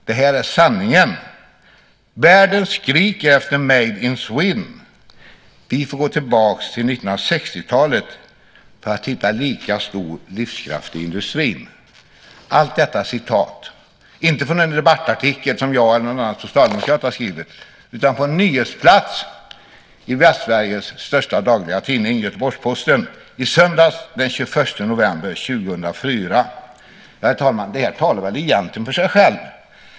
Det här är sanningen: Världen skriker efter Made in Sweden . Vi får gå tillbaks till 1960-talet för att hitta lika stor livskraft i industrin. Det här är inte från en debattartikel som jag eller någon annan socialdemokrat har skrivit utan från nyhetsplats i Västsveriges största dagliga tidning, Göteborgs-Posten, i söndags den 21 november 2004. Herr talman! Det här talar väl egentligen för sig själv.